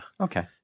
Okay